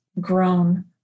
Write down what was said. grown